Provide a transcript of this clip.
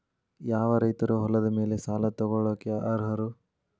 ಯಾವ ರೈತರು ಹೊಲದ ಮೇಲೆ ಸಾಲ ತಗೊಳ್ಳೋಕೆ ಅರ್ಹರು?